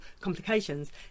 complications